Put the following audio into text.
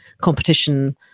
competition